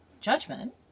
judgment